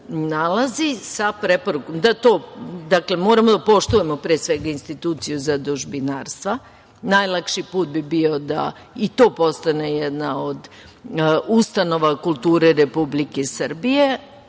nalazi sa preporukom da to, dakle, moramo da poštujemo pre svega instituciju zadužbinarstva. Najlakši put bi bio da i to postane jedna od ustanova kulture Republike Srbije,